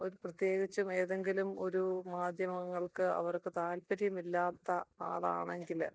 ഒരു പ്രത്യേകിച്ചും ഏതെങ്കിലും ഒരു മാധ്യമങ്ങൾക്ക് അവർക്ക് താല്പര്യമില്ലാത്ത ആളാണെങ്കിൽ